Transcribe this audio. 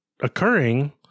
occurring